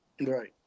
Right